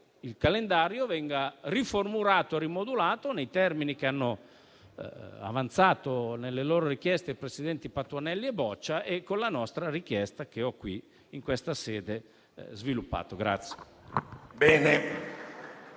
il calendario venga riformulato e rimodulato nei termini che hanno avanzato nelle loro richieste i presidenti Patuanelli e Boccia, oltre che con la nostra richiesta che ho appena espresso.